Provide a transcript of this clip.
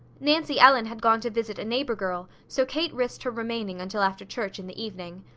nancy ellen had gone to visit a neighbour girl, so kate risked her remaining until after church in the evening.